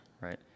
right